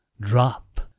drop